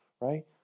right